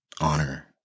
honor